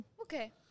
okay